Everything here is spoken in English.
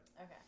Okay